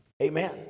Amen